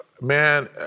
Man